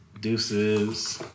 Deuces